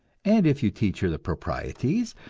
and if you teach her the proprieties,